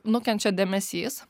nukenčia dėmesys